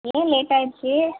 ஏன் லேட் ஆகிடுச்சி